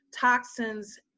toxins